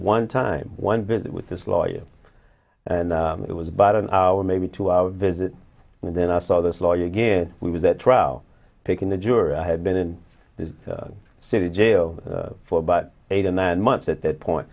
one time one visit with this lawyer and it was about an hour maybe two hour visit and then i saw this lawyer again was that trial picking the jury i had been in the city jail for about eight or nine months at that point